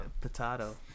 Potato